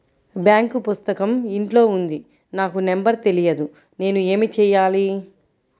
Bank పుస్తకం ఇంట్లో ఉంది నాకు నంబర్ తెలియదు నేను ఏమి చెయ్యాలి?